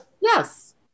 yes